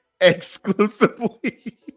Exclusively